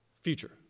future